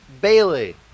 Bailey